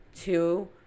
Two